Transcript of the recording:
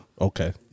Okay